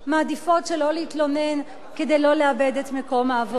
מעדיפות שלא להתלונן כדי שלא לאבד את מקום העבודה.